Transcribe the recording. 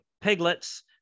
piglets